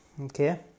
okay